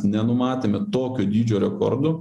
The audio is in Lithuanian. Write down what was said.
nenumatėme tokio dydžio rekordų